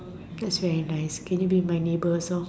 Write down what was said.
that's very nice can you be my neighbor also